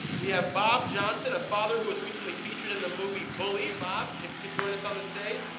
we have bob johnson, a father who was recently featured in the movie bully. bob, if you could join us on the stage.